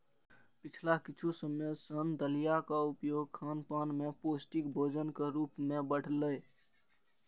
पिछला किछु समय सं दलियाक उपयोग खानपान मे पौष्टिक भोजनक रूप मे बढ़लैए